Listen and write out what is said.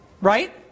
right